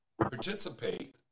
participate